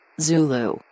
Zulu